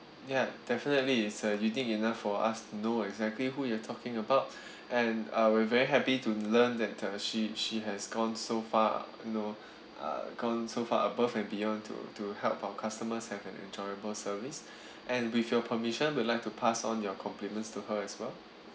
yup definitely it's uh unique enough for us to know exactly who you're talking about and uh we're very happy to learn that uh she she has gone so far you know uh gone so far above and beyond to to help our customers have an enjoyable service and with your permission we'd like to pass on your compliments to her as well